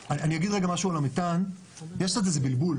אגיד רגע משהו על המתאן, יש כאן איזה בלבול.